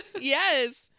Yes